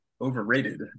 overrated